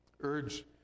urged